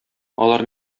алар